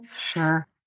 Sure